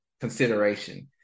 consideration